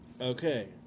Okay